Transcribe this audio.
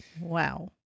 Wow